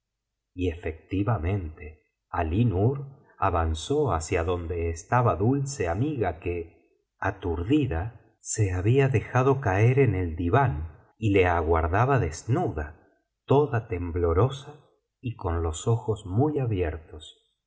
y efectivamente alí nur avanzó hacía donde estaba dulce amiga que aturdida se había dejado biblioteca valenciana generalitat valenciana historia de dulce amiga caer en el diván y le aguardaba desnuda toda temblorosa y con los ojos muy abiertos